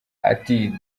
ati